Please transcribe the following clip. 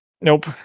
Nope